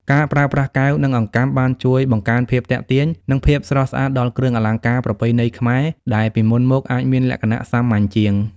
ការប្រើប្រាស់កែវ និងអង្កាំបានជួយបង្កើនភាពទាក់ទាញ និងភាពស្រស់ស្អាតដល់គ្រឿងអលង្ការប្រពៃណីខ្មែរ ដែលពីមុនមកអាចមានលក្ខណៈសាមញ្ញជាង។